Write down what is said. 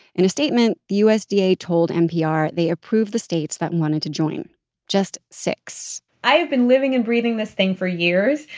in a statement, the usda told npr they approved the states that wanted to join just six i have been living and breathing this thing for years.